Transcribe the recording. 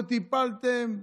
לא טיפלתם.